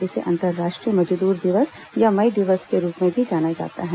इसे अंतर्राष्ट्रीय मजदूर दिवस या मई दिवस के रूप में भी जाना जाता है